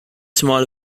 small